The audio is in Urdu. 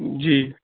جی